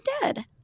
dead